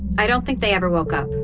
i don't think they ever woke up.